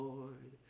Lord